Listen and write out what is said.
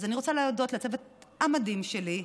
אז אני רוצה להודות לצוות המדהים שלי,